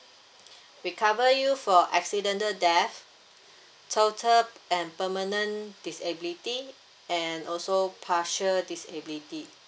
we cover you for accidental death total and permanent disability and also partial disability